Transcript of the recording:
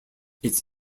its